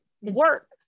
work